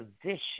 position